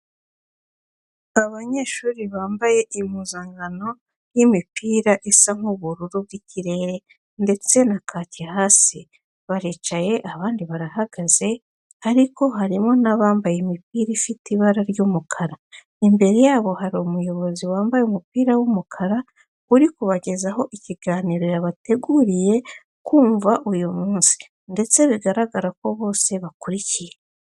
Abanyeshuri bambaye impuzankano y'imipira isa nk'ubururu bw'ikirere ndetse na kaki hasi, baricaye abandi barahagaze ariko harimo n'abambaye imipira ifite ibara ry'umukara. Imbere yabo hari umuyobozi wambaye umupira w'umukara uri kubagezaho ikiganiro yabateguriye kumva uyu munsi ndetse bigaragara ko bose bakurikiye.